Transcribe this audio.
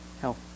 Health